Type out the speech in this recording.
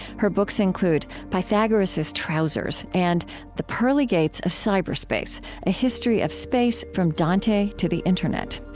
her books include pythagoras' trousers and the pearly gates of cyberspace a history of space from dante to the internet.